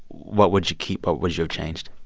what would you keep? what would you have changed?